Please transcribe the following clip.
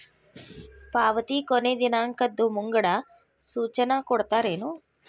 ಪಾವತಿ ಕೊನೆ ದಿನಾಂಕದ್ದು ಮುಂಗಡ ಸೂಚನಾ ಕೊಡ್ತೇರೇನು?